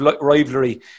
rivalry